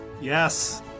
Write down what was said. Yes